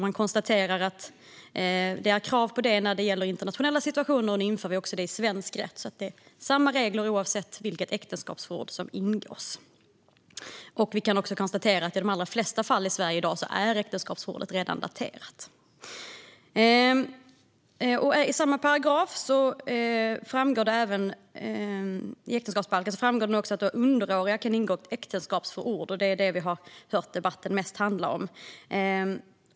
Man konstaterar att sådana krav finns i internationella situationer, och nu inför vi detta också i svensk rätt så att det är samma regler oavsett vilket äktenskapsförord som ingås. I de allra flesta fall är äktenskapsförord i Sverige redan daterade. Av samma paragraf i äktenskapsbalken framgår att även den som är underårig kan ingå ett äktenskapsförord, och det är detta debatten i dag mest har handlat om.